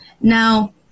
now